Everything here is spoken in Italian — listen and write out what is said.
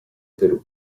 perù